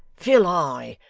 fill high.